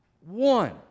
One